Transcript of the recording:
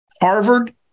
Harvard